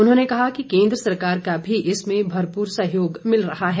उन्होंने कहा कि केन्द्र सरकार का भी इसमें भरपूर सहयोग मिल रहा है